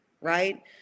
right